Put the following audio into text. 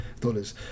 dollars